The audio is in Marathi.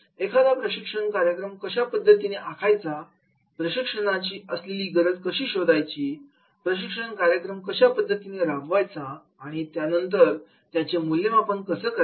एखादा प्रशिक्षण कार्यक्रम कशा पद्धतीने आखायचा प्रशिक्षणाची असलेली गरज कशी शोधून काढायची प्रशिक्षण कार्यक्रम कशा पद्धतीने राबवायचा आणि त्यानंतर त्याचे मूल्यमापन कसं करायचं